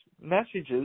messages